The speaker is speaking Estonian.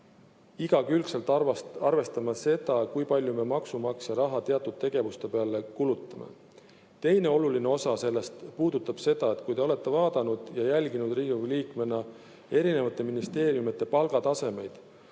igakülgselt arvestama seda, kui palju me maksumaksja raha teatud tegevuste peale kulutame. Teine oluline osa sellest puudutab seda, et kui te olete Riigikogu liikmena vaadanud ja jälginud erinevate ministeeriumide palgatasemeid,